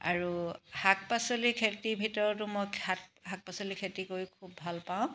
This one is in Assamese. আৰু শাক পাচলি খেতি ভিতৰতো মই খাক শাক পাচলি খেতি কৰি খুব ভাল পাওঁ